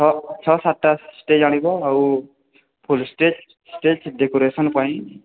ଛଅ ଛଅ ସାତଟା ଷ୍ଟେଜ୍ ଆଣିବ ଆଉ ଫୁଲ୍ ଷ୍ଟେଜ୍ ଷ୍ଟେଜ୍ ଡେକୋରେସନ୍ ପାଇଁ